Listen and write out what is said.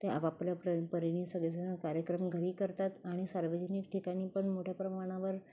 ते आपापल्या पर परीने सगळेजण कार्यक्रम घरी करतात आणि सार्वजनिक ठिकाणी पण मोठ्या प्रमाणावर